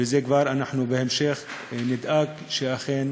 ואנחנו כבר בהמשך נדאג שאכן